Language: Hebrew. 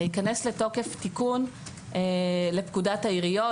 ייכנס לתוקף תיקון לפקודת העיריות,